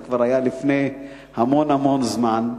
זה כבר היה לפני המון המון זמן,